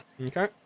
Okay